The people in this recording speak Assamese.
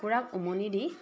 কুকুৰাক উমনি দি